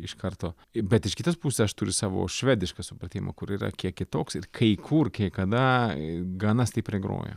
iš karto bet iš kitos pusės aš turiu savo švedišką supratimą kur yra kiek kitoks ir kai kur kai kada gana stipriai groja